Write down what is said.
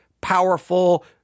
powerful